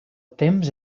temps